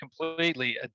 completely